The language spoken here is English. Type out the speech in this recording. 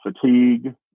fatigue